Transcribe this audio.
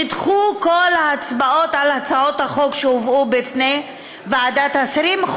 נדחו כל ההצבעות על הצעות החוק שהובאו בפני ועדת השרים,